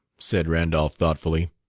said randolph thoughtfully.